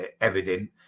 evident